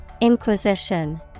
Inquisition